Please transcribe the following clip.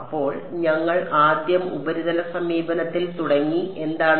അപ്പോൾ ഞങ്ങൾ ആദ്യം ഉപരിതല സമീപനത്തിൽ തുടങ്ങി എന്താണ്